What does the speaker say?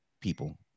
people